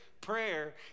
prayer